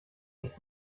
nicht